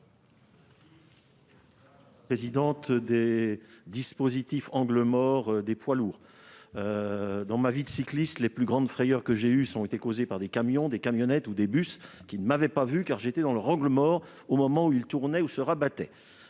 sur les dispositifs « angle mort » des poids lourds. Dans ma vie de cycliste, mes plus grandes frayeurs ont été provoquées par des camions, des camionnettes ou des bus qui ne m'avaient pas vu, car j'étais dans l'angle mort au moment où ils tournaient ou se rabattaient.